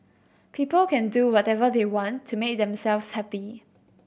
people can do whatever they want to make themselves happy